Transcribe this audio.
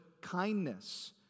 kindness